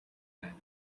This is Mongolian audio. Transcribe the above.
байна